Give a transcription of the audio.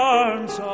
arms